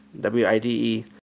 W-I-D-E